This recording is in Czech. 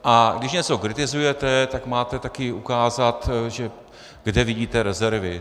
A když něco kritizujete, tak máte taky ukázat, kde vidíte rezervy.